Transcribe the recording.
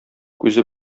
күзе